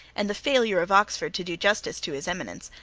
and the failure of oxford to do justice to his eminence,